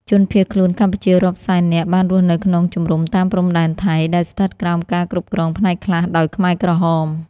ជនភៀសខ្លួនកម្ពុជារាប់សែននាក់បានរស់នៅក្នុងជំរំតាមព្រំដែនថៃ ដែលស្ថិតក្រោមការគ្រប់គ្រងផ្នែកខ្លះដោយខ្មែរក្រហម។